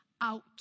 out